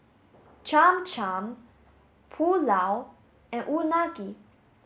Cham Cham Pulao and Unagi